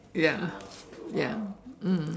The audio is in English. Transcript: ya ya